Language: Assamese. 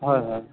হয় হয়